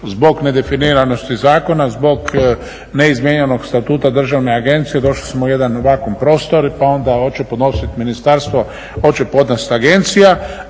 zbog nedefiniranosti zakona, zbog neizmijenjenog statuta državne agencije došli smo u jedan vakuum prostor pa onda hoće podnositi ministarstvo, hoće podnijeti agencija?